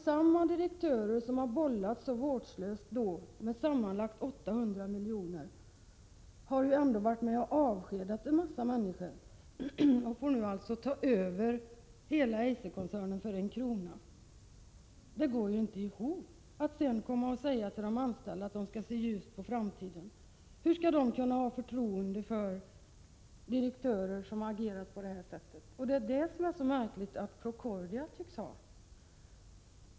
Samma direktörer som så vårdslöst har bollat med sammanlagt 800 miljoner och som också varit med om att avskeda en mängd människor får nu ta över hela Eiserkoncernen för en krona. Det går inte ihop att sedan komma och säga till de anställda att de skall se ljust på framtiden. Hur skall de kunna hysa förtroende för direktörer som har agerat på det sättet? Det som är så märkligt är att Procordia tycks göra det.